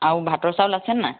আৰু ভাতৰ চাউল আছে নাই